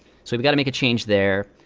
we've got to make a change there.